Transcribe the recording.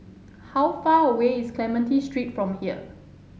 how far away is Clementi Street from here